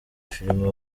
filime